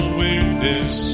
weirdness